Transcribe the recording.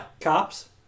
cops